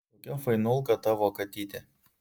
kokia fainulka tavo katytė